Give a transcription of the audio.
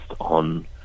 on